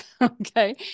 okay